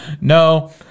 No